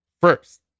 First